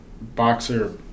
boxer